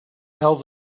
held